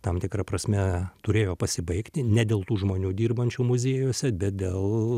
tam tikra prasme turėjo pasibaigti ne dėl tų žmonių dirbančių muziejuose bet dėl